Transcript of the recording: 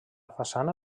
façana